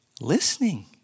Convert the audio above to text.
listening